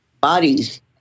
bodies